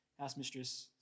housemistress